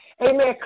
Amen